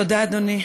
תודה, אדוני.